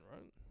right